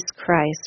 Christ